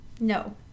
No